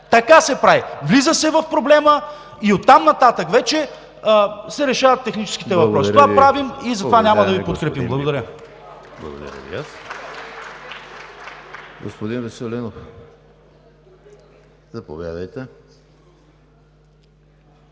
Така се прави – влиза се в проблема и оттам нататък се решават техническите въпроси. Това правим и затова няма да Ви подкрепим. Благодаря.